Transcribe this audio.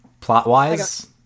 Plot-wise